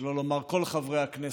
שלא לומר כל חברי הכנסת.